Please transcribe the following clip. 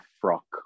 frock